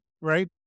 right